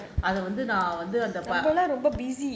அத வந்து நான் வந்து:atha vanthu naa vanthu